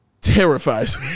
terrifies